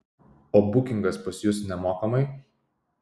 o bukingas pas jus nemokamai